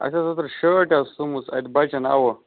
اَسہِ ٲس اوٚترٕ شٲرٹ حظ سوٗمٕژ اَتہِ بَچَن اَوٕ